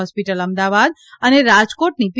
hospital Ahmedabad અને રાજકોટની પી